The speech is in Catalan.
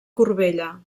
corbella